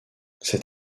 cet